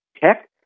Tech